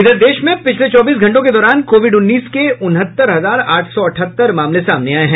इधर देश में पिछले चौबीस घंटों के दौरान कोविड उन्नीस के उनहत्तर हजार आठ सौ अठहत्तर मामले सामने आये हैं